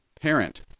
Parent